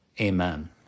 Amen